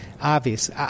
obvious